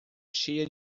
cheia